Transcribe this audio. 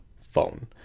phone